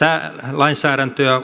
lainsäädäntöä